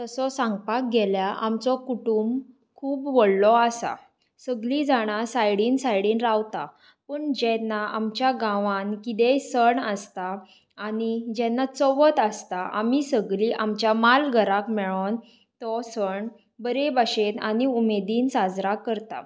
तसो सांगपाक गेल्यार आमचो कुटूंब खूब व्हडलो आसा सगलीं जाणां सायडीन सायडीन रावता पूण जेन्ना आमच्या गांवांन कितेंय सण आसता आनी जेन्ना चवथ आसता आमी सगलीं आमच्या माल घराक मेळोवन तो सण बरे भशेन आनी उमेदीन साजरो करता